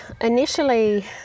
initially